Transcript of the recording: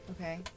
Okay